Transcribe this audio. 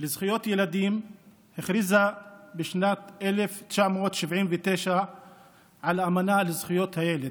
לזכויות ילדים הכריזה בשנת 1979 על אמנה לזכויות הילד.